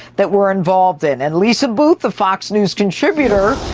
that we're involved in. and lisa boothe, a fox news contributor,